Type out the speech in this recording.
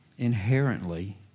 inherently